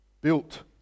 built